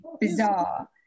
bizarre